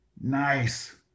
Nice